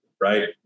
right